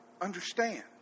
understand